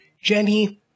Jenny